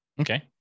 Okay